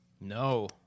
No